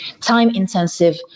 time-intensive